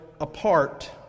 apart